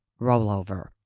rollover